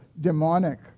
demonic